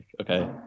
Okay